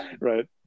right